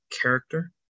character